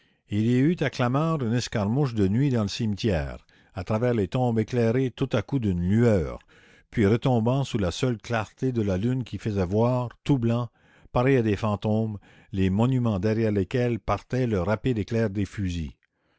il y eut à clamart une escarmouche de nuit dans le cimetière à travers les tombes éclairées tout à coup d'une lueur puis la commune retombant sous la seule clarté de la lune qui faisait voir tout blancs pareils à des fantômes les monuments derrière lesquels partait le rapide éclair des fusils